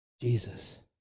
Jesus